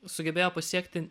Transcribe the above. sugebėjo pasiekti